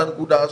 על הנקודה הזאת,